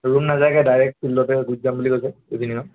room নাযায়গৈ direct ফিল্ডতে গুচি যাম বুলি কৈছে ইভিণিঙত